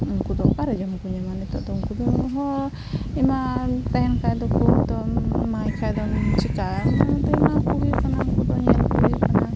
ᱩᱱᱠᱩᱫᱚ ᱚᱠᱟᱨᱮ ᱡᱚᱢᱠᱚ ᱧᱟᱢᱟ ᱱᱤᱛᱚᱜᱫᱚ ᱩᱱᱠᱚᱫᱚ ᱮᱢᱟᱱ ᱛᱮᱦᱮᱱ ᱠᱷᱟᱡᱫᱚᱠᱚ ᱮᱢᱟᱭ ᱠᱷᱟᱡᱫᱚᱢ ᱪᱮᱠᱟ ᱮᱢᱟᱠᱚ ᱦᱩᱭᱩᱜ ᱠᱟᱱᱟ ᱩᱱᱠᱩᱫᱚ ᱧᱮᱞᱠᱚ ᱦᱩᱭᱩᱜ ᱠᱟᱱᱟ